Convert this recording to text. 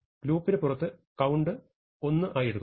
ലൂപ്പിനു പുറത്ത് count 1 എടുക്കുന്നു